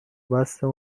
بستم